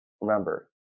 Remember